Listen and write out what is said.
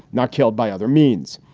not killed by other means.